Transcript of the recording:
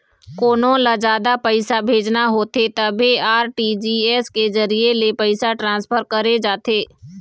कोनो ल जादा पइसा भेजना होथे तभे आर.टी.जी.एस के जरिए ले पइसा ट्रांसफर करे जाथे